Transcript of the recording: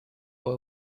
for